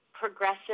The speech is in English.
progressive